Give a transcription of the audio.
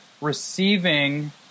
receiving